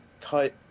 cut